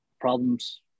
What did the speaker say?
problems